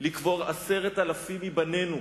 לקבור 10,000 מבנינו,